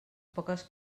poques